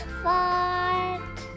fart